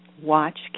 watch